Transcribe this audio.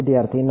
વિદ્યાર્થી ના